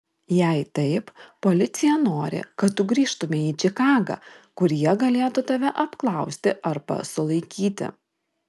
jei taip policija nori kad tu grįžtumei į čikagą kur jie galėtų tave apklausti arba sulaikyti